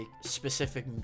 specific